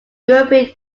european